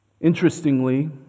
Interestingly